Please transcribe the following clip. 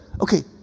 Okay